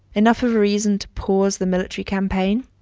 enough of a reason to pause the military campaign?